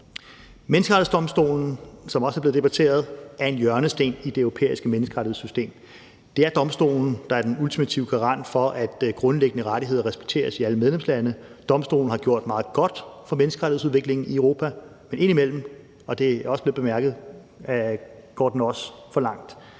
Menneskerettighedsdomstolen, som også er blevet debatteret, er en hjørnesten i det europæiske menneskerettighedssystem. Det er domstolen, der er den ultimative garant for, at grundlæggende rettigheder respekteres i alle medlemslande. Domstolen har gjort meget godt for menneskerettighedsudviklingen i Europa, men indimellem, og det er også blivet bemærket, går den også for langt.